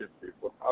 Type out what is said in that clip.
people